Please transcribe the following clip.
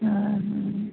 ହଁ ହଁ